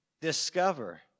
Discover